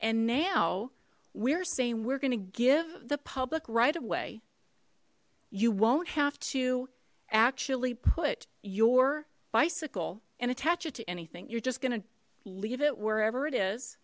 and now we're saying we're gonna give the public right away you won't have to actually put your bicycle and attach it to anything you're just gonna leave it wherever it is